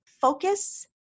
focus